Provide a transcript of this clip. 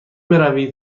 بروید